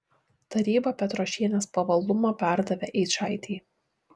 taryba petrošienės pavaldumą perdavė eičaitei